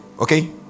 Okay